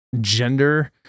gender